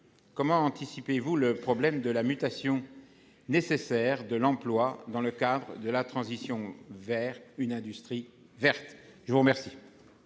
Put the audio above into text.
comment anticipez-vous le problème de la mutation nécessaire de l'emploi dans le cadre de la transition vers une industrie verte ? La parole